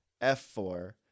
F4